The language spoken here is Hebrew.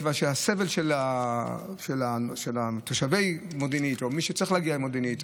מכיוון שהסבל של תושבי מודיעין עילית או מי שצריך להגיע למודיעין עילית,